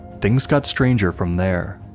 things got stranger from there.